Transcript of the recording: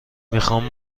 میخوام